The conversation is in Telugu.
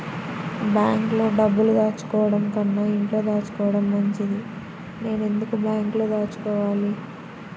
బ్యాంక్లో డబ్బులు దాచుకోవటంకన్నా ఇంట్లో దాచుకోవటం మంచిది నేను ఎందుకు బ్యాంక్లో దాచుకోవాలి?